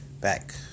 Back